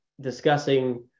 discussing